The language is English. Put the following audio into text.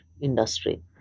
industry